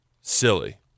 silly